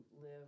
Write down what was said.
live